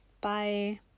Bye